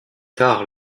tard